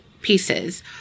pieces